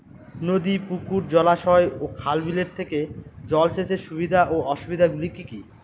নদী পুকুর জলাশয় ও খাল বিলের থেকে জল সেচের সুবিধা ও অসুবিধা গুলি কি কি?